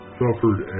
suffered